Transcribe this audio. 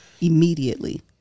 immediately